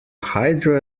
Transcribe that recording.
hydro